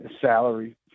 salary